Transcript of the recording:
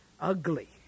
Ugly